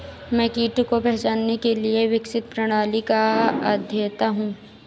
मैं कीट को पहचानने के लिए विकसित प्रणाली का अध्येता हूँ